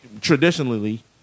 traditionally